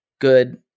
good